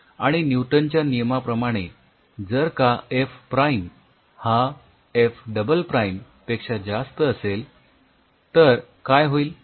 आणि न्यूटन च्या नियमाप्रमाणे जर का एफ प्राईम हा एफ डबल प्राईम पेक्षा जास्त असेल तर काय होईल